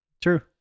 True